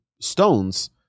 stones